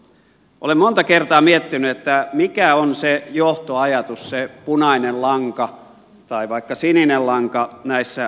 olen monta kertaa miettinyt mikä on se johtoajatus se punainen lanka tai vaikka sininen lanka näissä hallinnon uudistuksissa